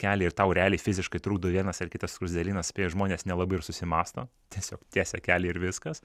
kelią ir tau realiai fiziškai trukdo vienas ar kitas skruzdėlynas spėju žmonės nelabai ir susimąsto tiesiog tiesia kelią ir viskas